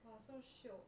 !wah! so shiok